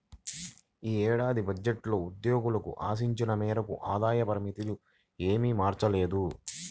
ఈ ఏడాది బడ్జెట్లో ఉద్యోగులు ఆశించిన మేరకు ఆదాయ పరిమితులు ఏమీ మార్చలేదు